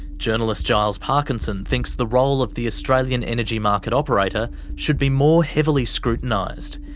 journalist giles parkinson thinks the role of the australian energy market operator should be more heavily scrutinised.